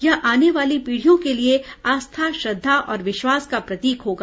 यह आने वाली पीढ़ियों के लिए आस्था श्रद्धा और विश्वास का प्रतीक होगा